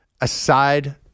aside